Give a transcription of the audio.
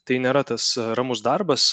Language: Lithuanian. tai nėra tas ramus darbas